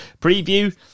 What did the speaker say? preview